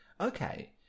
Okay